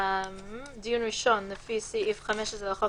(2)(א)דיון ראשון לפי סעיף 15 לחוק